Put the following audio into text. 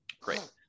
great